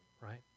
Right